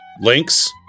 Links